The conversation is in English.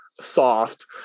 soft